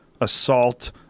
assault